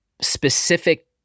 specific